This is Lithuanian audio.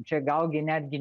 čia gal gi netgi